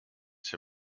się